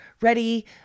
ready